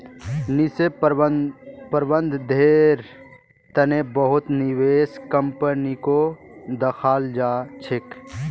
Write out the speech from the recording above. निवेश प्रबन्धनेर तने बहुत निवेश कम्पनीको दखाल जा छेक